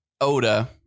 Oda